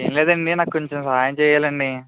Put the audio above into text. ఏం లేదండీ నాక్కొంచెం సహాయం చేయాలండీ